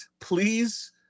Please